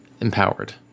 empowered